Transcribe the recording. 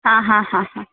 हा हा हा